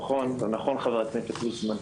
נכון חבר הכנסת ליצמן.